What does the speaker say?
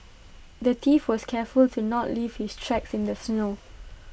the thief was careful to not leave his tracks in the snow